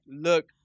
look